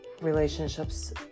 relationships